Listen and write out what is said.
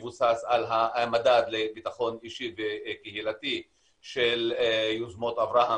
מבוסס על המדד לביטחון אישי וקהילתי של יוזמות אברהם